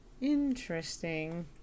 Interesting